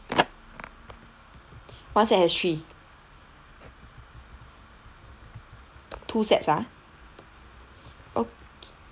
one set have three two sets ah okay